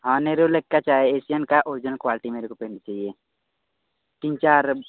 हाँ नेरोलेक का चाहे एशियन का ओरजिनल क्वालिटी मेरेको पेंट चाहिए तीन चार